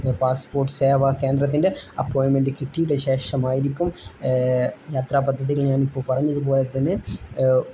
passport സേവാ കേന്ദ്രത്തിൻ്റെ appointment കിട്ടിയിട്ട് ശേഷമായിരിക്കും യാത്രാ പദ്ധതികൾ ഞാനിപ്പോൾ പറഞ്ഞതുപോലെ തന്നെ